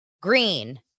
Green